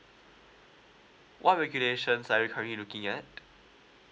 what regulations are you currently looking at